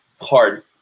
hard